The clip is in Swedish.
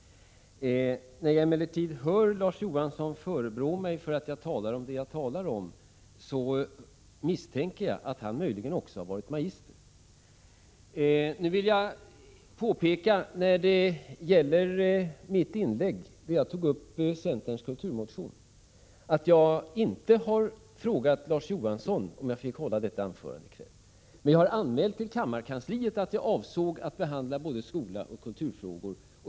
När jag emellertid hör Larz Johansson förebrå mig för att jag talar om det jag talar om, misstänker jag att han möjligen också har varit magister. När jag i mitt inlägg kommenterade centerns kulturmotion, hade jag inte frågat Larz Johansson om lov att få göra det. Men jag hade anmält till kammarkansliet att jag avsåg att behandla både skoloch kulturfrågor.